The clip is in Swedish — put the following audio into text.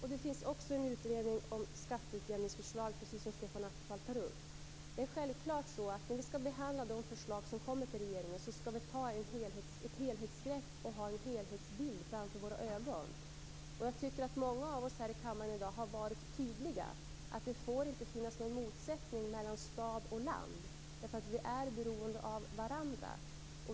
Det finns också en utredning om skatteutjämningsförslag, precis som Stefan Attefall tar upp. När vi skall behandla de förslag som kommer till regeringen skall vi självfallet ta ett helhetsgrepp och ha en helhetsbild framför våra ögon. Jag tycker att många av oss här i kammaren i dag har varit tydliga när det gäller att det inte får finnas någon motsättning mellan stad och land. Vi är ju beroende av varandra.